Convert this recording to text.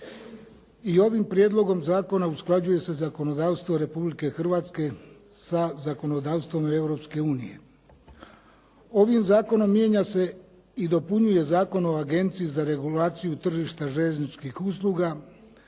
i ovim prijedlogom zakona usklađuje se zakonodavstvo Republike Hrvatske sa zakonodavstvom Europske unije. Ovim zakonom mijenja se i dopunjuje Zakon o Agenciji za regulaciju tržišta željezničkih usluga